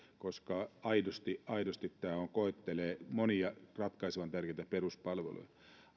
koska aidosti aidosti tämä koettelee monia ratkaisevan tärkeitä peruspalveluja